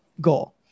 goal